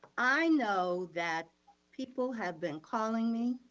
i know that people have been calling me.